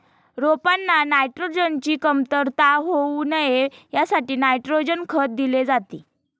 रोपांना नायट्रोजनची कमतरता होऊ नये यासाठी नायट्रोजन खत दिले जाते